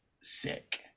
sick